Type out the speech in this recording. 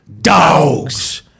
dogs